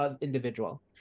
individual